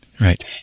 Right